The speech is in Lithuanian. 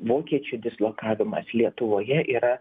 vokiečių dislokavimas lietuvoje yra